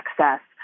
access